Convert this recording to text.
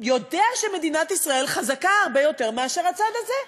יודע שמדינת ישראל חזקה הרבה יותר מאשר הצד הזה.